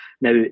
Now